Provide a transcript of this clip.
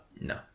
No